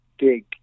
big